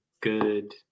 good